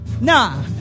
Nah